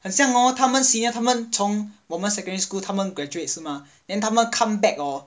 很像 hor 他们 senior 他们从我们 secondary school 他们 graduates 是吗 then 他们 come back hor